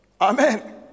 Amen